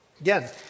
Again